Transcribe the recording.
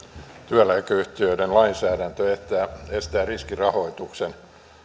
työeläkeyhtiöiden lainsäädäntö estää riskirahoituksen